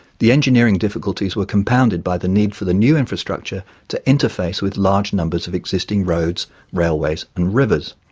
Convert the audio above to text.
the engineering difficulties were compounded by the need for the new infrastructure to interface with large numbers of existing roads, railways and rivers.